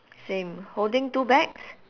same holding two bags